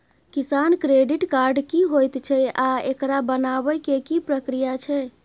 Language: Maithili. किसान क्रेडिट कार्ड की होयत छै आ एकरा बनाबै के की प्रक्रिया छै?